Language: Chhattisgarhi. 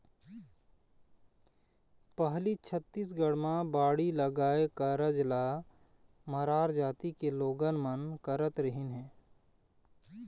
पहिली छत्तीसगढ़ म बाड़ी लगाए कारज ल मरार जाति के लोगन मन करत रिहिन हे